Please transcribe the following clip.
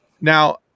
Now